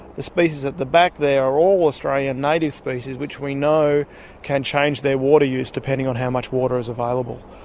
the species at the back there are all australian native species, which we know can change their water use depending on how much water is available.